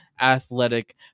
athletic